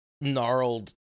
gnarled